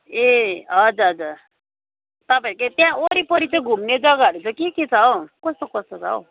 ए हजुर हजुर तपाईँहरूकै त्यहाँ वरिपरि त्यो घुम्ने जग्गाहरू चाहिँ के के छ हौ कस्तो कस्तो छ हौ